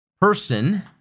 person